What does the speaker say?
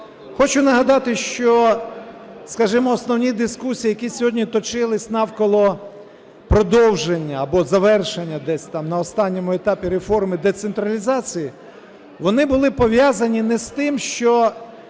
Хочу нагадати, що, скажімо, основні дискусії, які сьогодні точились навколо продовження або завершення десь там на останньому етапі реформи децентралізації, вони були пов'язані не з тим, що